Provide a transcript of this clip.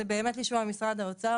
זה באמת מישהו ממשרד האוצר.